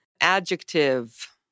Adjective